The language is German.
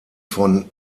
von